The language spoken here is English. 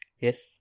Yes